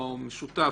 או משותף,